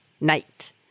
night